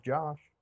Josh